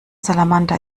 salamander